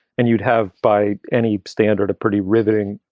and you'd have, by any standard, a pretty riveting